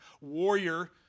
warrior